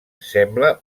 sembla